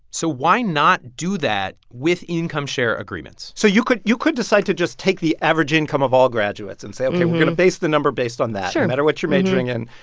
so why not do that with income-share agreements? so you could you could decide to just take the average income of all graduates and say ok, we're going to base the number based on that sure no matter what you're majoring in,